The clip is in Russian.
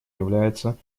является